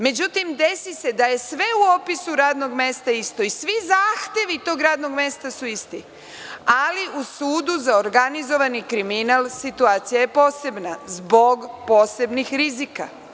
Međutim, desi se da je sve u opisu radnog mesta isto i svi zahtevi tog radnog mesta su isti, ali u Sudu za organizovani kriminal situacija je posebna, zbog posebnih rizika.